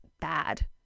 bad